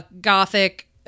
gothic